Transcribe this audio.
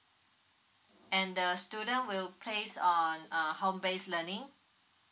and the student will place on err home based learning